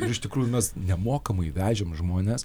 ir iš tikrųjų mes nemokamai vežėm žmones